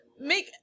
make